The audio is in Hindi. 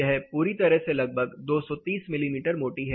यह पूरी तरह से लगभग 230 मिमी मोटी है